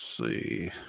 see